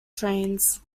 trains